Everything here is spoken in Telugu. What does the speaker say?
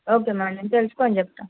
ఓకే మరి నేను తెలుసుకుని చెప్తా